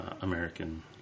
American